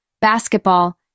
basketball